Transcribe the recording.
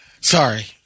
sorry